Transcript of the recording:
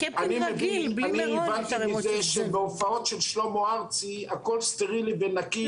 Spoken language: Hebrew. אני הבנתי מזה שבהופעות של שלמה ארצי הכול סטרילי ונקי.